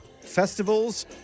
festivals